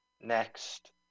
next